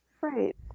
Right